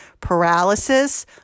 paralysis